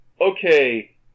okay